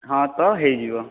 ହଁ ତ ହେଇଯିବ